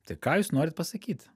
tai ką jūs norit pasakyt